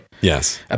Yes